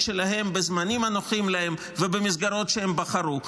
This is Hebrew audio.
שלהם בזמנים הנוחים להם ובמסגרות שהם בחרו.